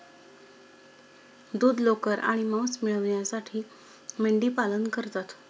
दूध, लोकर आणि मांस मिळविण्यासाठी मेंढीपालन करतात